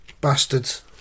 Bastards